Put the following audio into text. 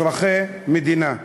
אזרחי מדינה,